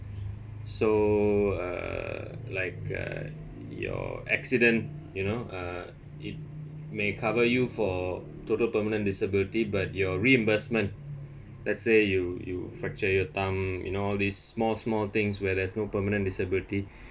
so uh like uh your accident you know uh it may cover you for total permanent disability but your reimbursement let's say you you fracture your thumb you know all these small small things where there's no permanent disability